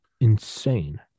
Insane